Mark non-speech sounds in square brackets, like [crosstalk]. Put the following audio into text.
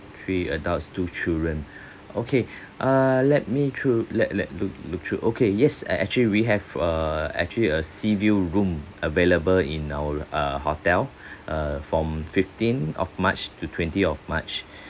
three adults two children [breath] okay [breath] uh let me through let let look through okay yes uh actually we have a actually a sea view room available in our uh hotel [breath] uh from fifteen of march to twenty of march [breath]